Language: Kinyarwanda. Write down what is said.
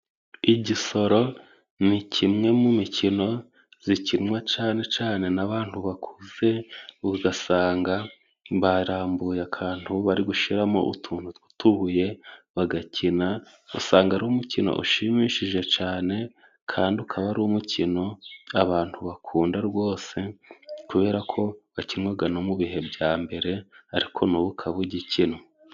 Igisoro ni kimwe mu mikino ikinwa cyane cyane n'abantu bakuze usanga barambuye akantu bari gushyiramo utuntu tw'utubuye bagakina. Usanga ari umukino ushimishije cyane kandi ukaba ari umukino abantu bakunda rwose kubera ko wakinwaga no mu bihe bya mbere ariko nubu ukaba ugikinwa.